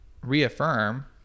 reaffirm